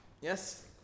Yes